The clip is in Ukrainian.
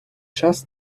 час